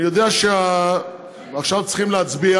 אני יודע שעכשיו צריך להצביע.